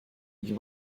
you